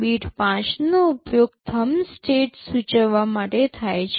bit ૫ નો ઉપયોગ thumb state સૂચવવા માટે થાય છે